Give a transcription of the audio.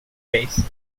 base